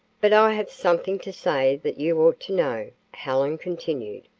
but i have something to say that you ought to know, helen continued.